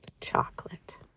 chocolate